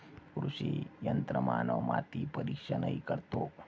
कृषी यंत्रमानव माती परीक्षणही करतो